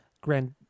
grand